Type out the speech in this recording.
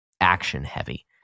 action-heavy